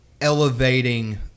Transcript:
elevating